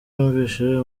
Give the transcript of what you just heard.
yumvise